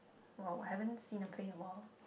!wow! haven't see a play in a while